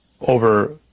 over